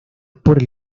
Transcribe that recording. por